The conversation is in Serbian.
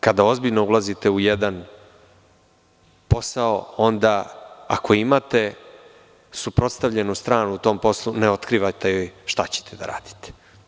Kada ozbiljno ulazite u jedan posao, ako imate suprotstavljenu stranu u tom poslu ne otkrivate joj šta ćete da radite.